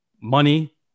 Money